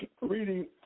reading